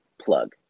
plug